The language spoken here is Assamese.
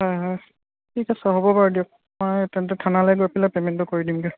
হয় হয় ঠিক আছে হ'ব বাৰু দিয়ক মই তেন্তে থানালৈ গৈ পেলাই পে'মেণ্টটো কৰি দিম দিয়ক